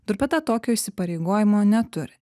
durpeta tokio įsipareigojimo neturi